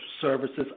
services